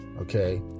Okay